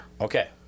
Okay